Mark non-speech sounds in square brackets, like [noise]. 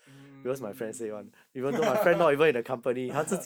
mm mm mm mm mm mm [laughs] [breath] [laughs]